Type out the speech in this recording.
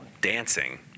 dancing